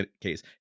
case